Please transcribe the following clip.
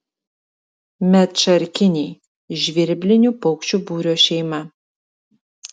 medšarkiniai žvirblinių paukščių būrio šeima